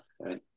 Right